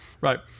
Right